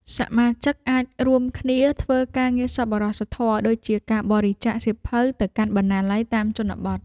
សមាជិកអាចរួមគ្នាធ្វើការងារសប្បុរសធម៌ ដូចជាការបរិច្ចាគសៀវភៅទៅកាន់បណ្ណាល័យតាមជនបទ។